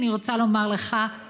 אני רוצה לומר לך,